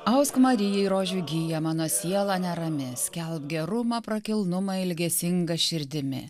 ausk marijai rožių giją mano siela nerami skelbk gerumą prakilnumą ilgesinga širdimi